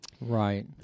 Right